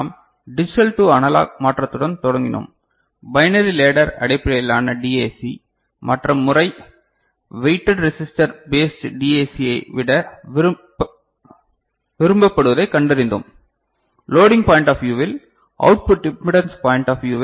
நாம் digital to analogue மாற்றத்துடன் தொடங்கினோம் பைனரி லேடர் அடிப்படையிலான டிஏசி மற்ற முறை வெயிட்டட் ரெசிஸ்டர் பேஸ்டு டிஏசியை விட விரும்பப்படுவதைக் கண்டறிந்தோம் லோடிங் பாயிண்ட் ஆப் வீயுவில் அவுட்புட் இம்பிடன்ஸ் பாயிண்ட் ஆப் வியூவில்